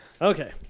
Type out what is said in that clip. Okay